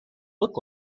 look